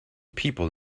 people